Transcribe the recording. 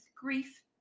grief